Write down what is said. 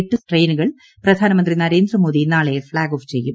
എട്ട് ട്രെയിനുകൾ പ്രധാനമന്ത്രി നരേന്ദ്രമോദി നാളെ ഫ്ളാഗ് ഓഫ് ചെയ്യും